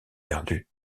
perdus